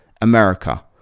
America